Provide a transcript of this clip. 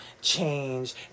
change